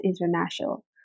International